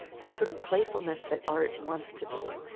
this sort of playfulness that art wants to do.